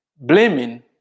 Blaming